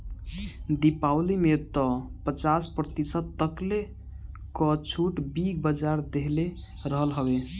दीपावली में तअ पचास प्रतिशत तकले कअ छुट बिग बाजार देहले रहल हवे